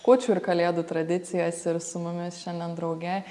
kūčių ir kalėdų tradicijas ir su mumis šiandien drauge